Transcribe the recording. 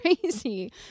crazy